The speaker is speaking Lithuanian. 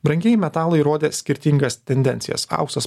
brangieji metalai rodė skirtingas tendencijas auksas